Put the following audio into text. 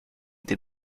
dem